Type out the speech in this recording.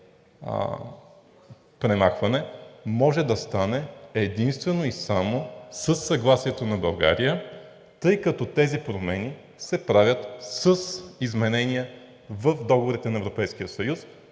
премахване може да стане единствено и само със съгласието на България, тъй като тези промени се правят с изменения в договорите на Европейския съюз,